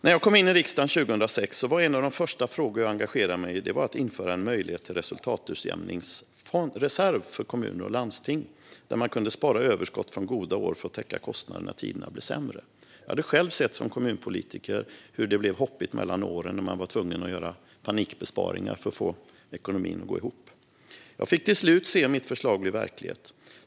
När jag kom in i riksdagen 2006 var en av de första frågorna jag engagerade mig i att införa en möjlighet till resultatutjämningsreserv för kommuner och landsting där man kunde spara överskott från goda år för att täcka kostnader när tiderna blev sämre. Som kommunpolitiker hade jag själv sett hur det blev hoppigt mellan åren när man var tvungen att göra panikbesparingar för att få ekonomin att gå ihop. Jag fick till slut se mitt förslag bli verklighet.